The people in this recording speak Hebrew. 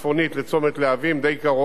ומשם ייגזרו פתרונות,